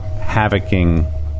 havocing